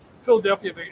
Philadelphia